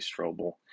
Strobel